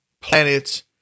planets